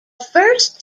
first